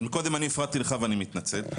קודם אני הפרעתי לך ואני מתנצל.